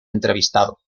entrevistado